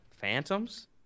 Phantoms